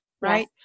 right